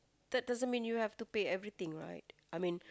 that doesn't mean you have to pay everything right I mean